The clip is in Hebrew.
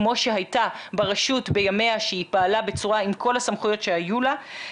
כמו שהייתה ברשות בימיה כשהיא פעלה עם כל הסמכויות שהיו לה.